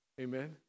Amen